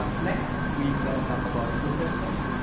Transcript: ah next, we're going to talk about filter steps.